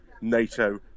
NATO